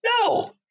No